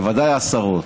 בוודאי עשרות,